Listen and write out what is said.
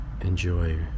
enjoy